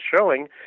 showing